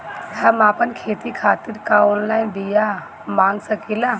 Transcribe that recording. हम आपन खेती खातिर का ऑनलाइन बिया मँगा सकिला?